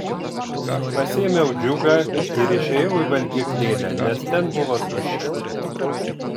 pasiėmiau džiugą ir išėjau į valgyklėlę nes ten buvo tuščia